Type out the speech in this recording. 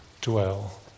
dwell